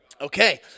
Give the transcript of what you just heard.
Okay